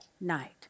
night